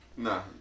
Nah